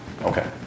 Okay